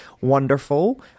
wonderful